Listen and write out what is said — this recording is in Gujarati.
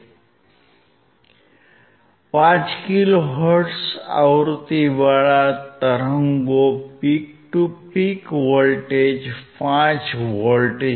5 કિલોહર્ટ્ઝ આવૃતિવાળા તરંગો peak to peak voltage 5 volt છે